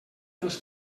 dels